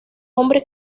hombre